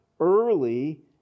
early